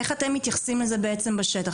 איך אתם מתייחסים לזה בעצם בשטח?